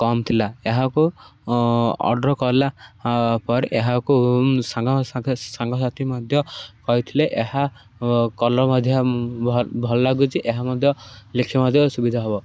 କମ୍ ଥିଲା ଏହାକୁ ଅର୍ଡ଼ର କଲା ପରେ ଏହାକୁ ସାଙ୍ଗସାଥି ମଧ୍ୟ କହିଥିଲେ ଏହା କଲର୍ ମଧ୍ୟ ଭଲ ଭଲ ଲାଗୁଛି ଏହା ମଧ୍ୟ ଲେଖିବା ମଧ୍ୟ ସୁବିଧା ହବ